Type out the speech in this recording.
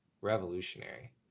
revolutionary